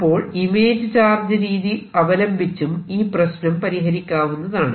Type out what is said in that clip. അപ്പോൾ image charge രീതി അവലംബിച്ചും ഈ പ്രശ്നം പരിഹരിക്കാവുന്നതാണ്